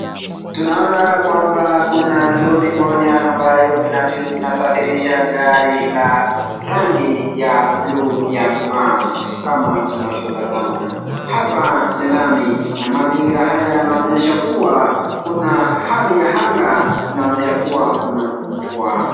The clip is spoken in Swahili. Tunaona kwamba kuna lori moja ambayo inasafirisha gari la rangi ya buluu ya kung'aa kama tunavyo tazama, hapa ni lami na mazingira yanaonyesha kuwa kuna hali ya anga inaonyesha kuwa kuna mvua.